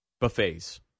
buffets